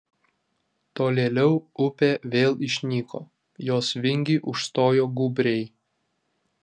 tolėliau upė vėl išnyko jos vingį užstojo gūbriai